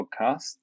podcast